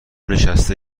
نشسته